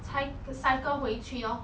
才 p~ cycle 回去 lor